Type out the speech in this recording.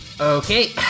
Okay